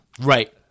Right